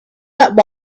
that